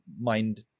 mind